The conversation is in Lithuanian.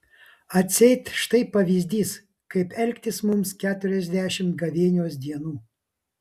atseit štai pavyzdys kaip elgtis mums keturiasdešimt gavėnios dienų